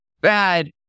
bad